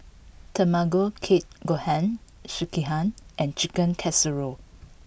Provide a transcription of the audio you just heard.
Tamago Kake Gohan Sekihan and Chicken Casserole